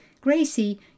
gracie